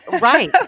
right